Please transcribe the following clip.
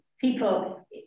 people